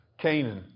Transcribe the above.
Canaan